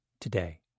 today